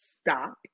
stop